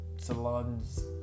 salons